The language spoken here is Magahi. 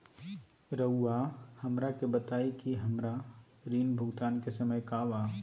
रहुआ हमरा के बताइं कि हमरा ऋण भुगतान के समय का बा?